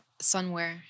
sunwear